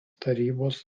tarybos